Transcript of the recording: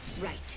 Right